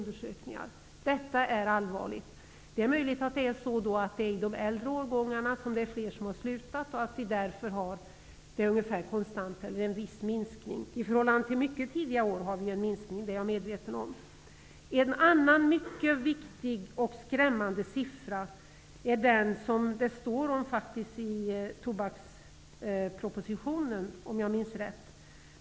Detta är allvarligt. Det är möjligt att fler i de äldre årgångarna har slutat och att vi därför har en viss minskning. I förhållande till mycket tidiga år har vi en minskning. Det är jag medveten om. En annan mycket viktig och skrämmande siffra är den som det står om i tobakspropositionen, om jag minns rätt.